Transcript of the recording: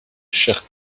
chers